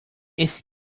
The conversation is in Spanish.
ese